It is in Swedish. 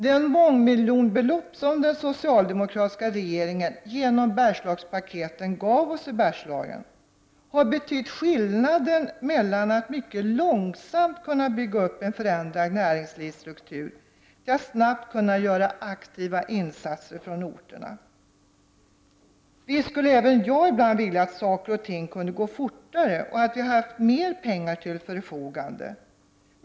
De mångmiljonbelopp som den socialdemokratiska regeringen genom Bergslagspaketet gav oss i Bergslagen, har betytt skillnaden mellan att mycket långsamt kunna bygga upp en förändrad näringslivsstruktur och att snabbt kunna göra aktiva insatser för orterna. Visst skulle även jag ibland vilja att saker skulle kunna gå fortare och att vi skulle ha haft mera pengar till förfogande.